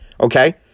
okay